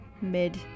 mid